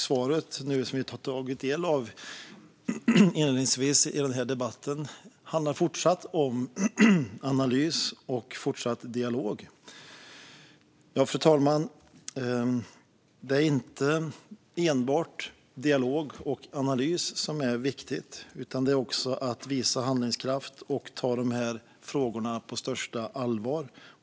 Svaret som vi tog del av inledningsvis i denna debatt handlade om analys och fortsatt dialog. Det är dock inte enbart dialog och analys som är viktigt, fru talman, utan det är också viktigt att visa handlingskraft och att ta dessa frågor på största allvar.